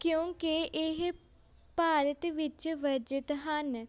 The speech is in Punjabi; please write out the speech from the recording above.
ਕਿਉਂਕਿ ਇਹ ਭਾਰਤ ਵਿੱਚ ਵਰਜਿਤ ਹਨ